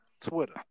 Twitter